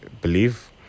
believe